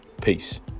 Peace